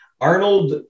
Arnold